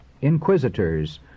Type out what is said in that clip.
Inquisitors